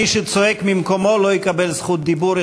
מי שצועק ממקומו לא יקבל זכות דיבור.